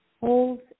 holds